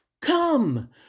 Come